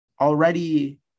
already